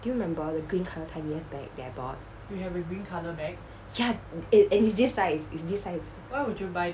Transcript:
do you remember the green colour tiniest bag that I bought ya and and it's this size it's this size